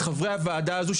את חברי הוועדה הזו,